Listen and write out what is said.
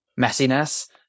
messiness